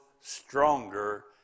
stronger